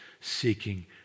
seeking